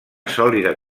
sòlida